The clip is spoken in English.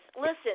listen